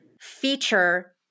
feature